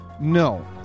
No